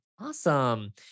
Awesome